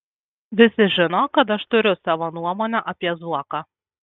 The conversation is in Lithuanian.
visi žino kad aš turiu savo nuomonę apie zuoką